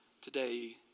Today